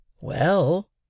Well